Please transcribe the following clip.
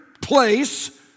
place